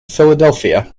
philadelphia